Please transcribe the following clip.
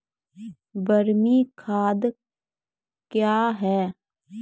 बरमी खाद कया हैं?